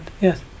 Yes